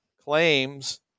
claims